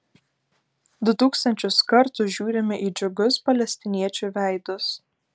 du tūkstančius kartų žiūrime į džiugius palestiniečių veidus